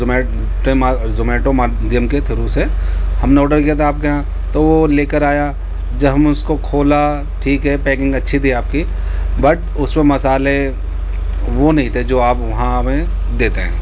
Zomato مادھیم کے through سے ہم نے آڈر کیا تھا آپ کے یہاں تو وہ لے کر آیا جب ہم اس کو کھولا ٹھیک ہے پیکنگ اچھی تھی آپ کی بٹ اس میں مسالے وہ نہیں تھے جو آپ وہاں ہمیں دیتے ہیں